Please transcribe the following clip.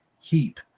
heap